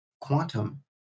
quantum